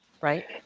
right